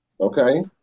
Okay